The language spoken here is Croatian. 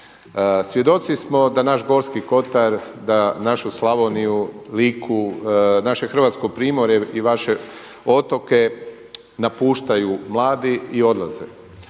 Svjedoci smo da naš Gorski Kotar da našu Slavoniju, Liku, naše Hrvatsko primorje i vaše otoke napuštaju mladi i odlaze.